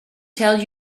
tell